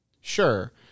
sure